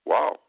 Wow